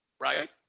right